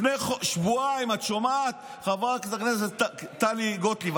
לפני שבועיים, את שומעת, חברת הכנסת טלי גוטליב?